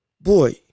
boy